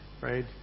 Right